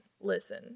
listen